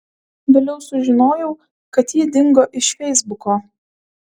vėliau sužinojau kad ji dingo iš feisbuko